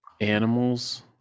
animals